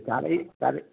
चारईं चार